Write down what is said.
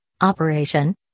operation